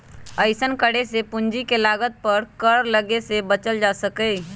अइसन्न करे से पूंजी के लागत पर कर लग्गे से बच्चल जा सकइय